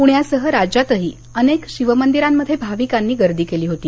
प्ण्यासह राज्यातही अनेक शिवमंदिरांमध्ये भाविकांची गर्दी होती